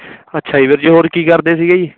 ਅੱਛਾ ਜੀ ਵੀਰ ਜੀ ਹੋਰ ਕੀ ਕਰਦੇ ਸੀਗੇ ਜੀ